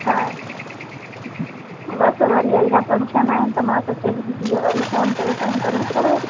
हा बसि वरी वरी अॻियां फंक्शन आहिनि त मां त चयो दीदी खां वरी फ़ोन करे तंग कयूं थोरो